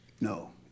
No